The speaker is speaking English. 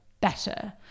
better